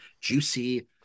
Juicy